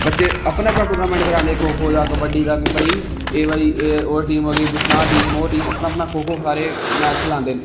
बच्चे अपना अपना टूर्नामेंट करांदे खो खो दा कबड्डी कबड्डी दा कि भाई एह टीम बिशनाह टीम ओह् टीम अपना अपना खो खो दा सारे मैच खलांदे ना